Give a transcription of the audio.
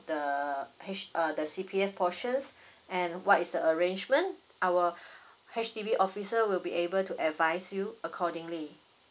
the H uh the C_P_F portions and what is the arrangement our H_D_B officer will be able to advise you accordingly